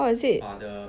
oh is it